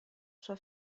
sua